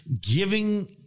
giving